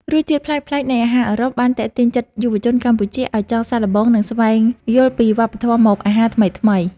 រសជាតិប្លែកៗនៃអាហារអឺរ៉ុបបានទាក់ទាញចិត្តយុវជនកម្ពុជាឱ្យចង់សាកល្បង និងស្វែងយល់ពីវប្បធម៌ម្ហូបអាហារថ្មីៗ។